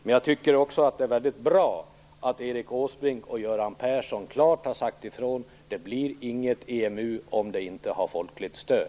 Men jag tycker också att det är väldigt bra att Erik Åsbrink och Göran Persson klart har sagt ifrån att det inte blir något EMU medlemskap, om det inte har folkligt stöd.